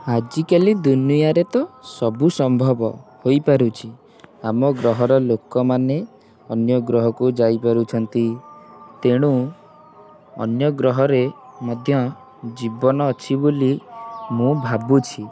ଆଜି କାଲି ଦୁନିଆରେ ତ ସବୁ ସମ୍ଭବ ହୋଇପାରୁଛି ଆମ ଗ୍ରହର ଲୋକମାନେ ଅନ୍ୟ ଗ୍ରହକୁ ଯାଇପାରୁଛନ୍ତି ତେଣୁ ଅନ୍ୟ ଗ୍ରହରେ ମଧ୍ୟ ଜୀବନ ଅଛି ବୋଲି ମୁଁ ଭାବୁଛି